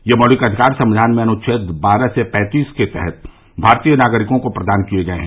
ये मौलिक अधिकार संविधान में अनुच्छेद बारह से पैंतीस के तहत भारतीय नागरिकों को प्रदान किए गये हैं